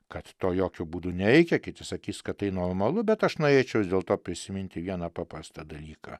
kad to jokiu būdu nereikia kiti sakys kad tai normalu bet aš norėčiau vis dėlto prisiminti vieną paprastą dalyką